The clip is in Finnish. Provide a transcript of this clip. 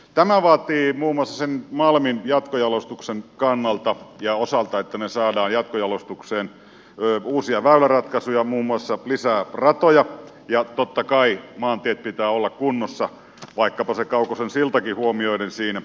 tämä vaatii muun muassa malmin jatkojalostuksen kannalta ja osalta että me saamme jatkojalostukseen uusia väyläratkaisuja muun muassa lisää ratoja ja totta kai maanteiden pitää olla kunnossa vaikkapa se kaukosen siltakin huomioiden siinä